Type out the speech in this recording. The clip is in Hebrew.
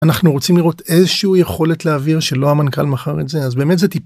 אנחנו רוצים לראות איזשהו יכולת להעביר שלא המנכ״ל מכר את זה אז באמת זה טי-